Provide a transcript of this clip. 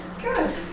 Good